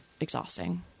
exhausting